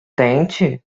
tente